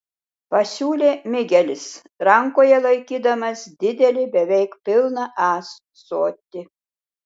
pasiūlė migelis rankoje laikydamas didelį beveik pilną ąsotį